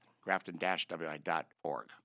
grafton-wi.org